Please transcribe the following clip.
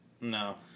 No